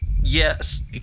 Yes